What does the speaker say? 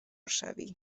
شوی